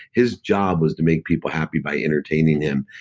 his job was to make people happy by entertaining them.